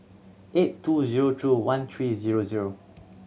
eight two zero two one three zero zero